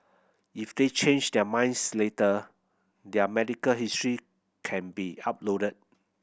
if they change their minds later their medical history can be uploaded